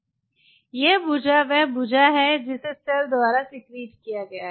यह भुजा वह भुजा है जिसे सेल द्वारा सिक्रीट किया गया है